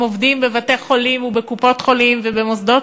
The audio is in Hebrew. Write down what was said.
הם עובדים בבתי-חולים ובקופות-חולים ובמוסדות